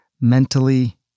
mentally